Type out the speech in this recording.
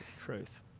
Truth